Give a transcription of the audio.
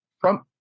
Trump